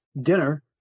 dinner